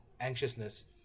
anxiousness